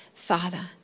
Father